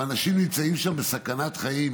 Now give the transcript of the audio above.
אנשים נמצאים שם בסכנת חיים,